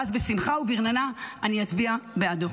ואז בשמחה וברננה אני אצביע בעדו.